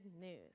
news